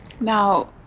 Now